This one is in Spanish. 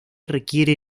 requiere